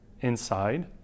inside